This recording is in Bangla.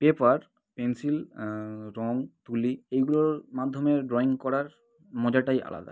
পেপার পেন্সিল রং তুলি এইগুলোর মাধ্যমে ড্রয়িং করার মজাটাই আলাদা